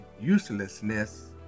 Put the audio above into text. uselessness